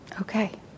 okay